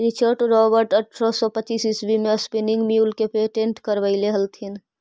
Richard Robert अट्ठरह सौ पच्चीस ईस्वी में स्पीनिंग म्यूल के पेटेंट करवैले हलथिन